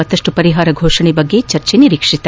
ಮತ್ತಷ್ಟು ಪರಿಹಾರ ಘೋಷಣೆ ಬಗ್ಗೆ ಚರ್ಚೆ ನಿರೀಕ್ಷಿತ